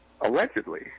allegedly